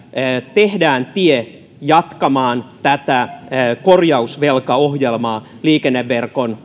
tehdään tie jatkamaan tätä korjausvelkaohjelmaa liikenneverkon